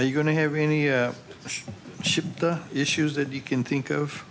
are you going to have any should the issues that you can think of